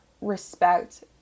respect